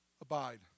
abide